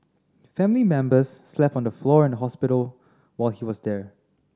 family members slept on the floor in the hospital while he was there